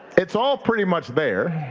it's all pretty much there.